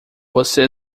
você